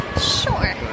Sure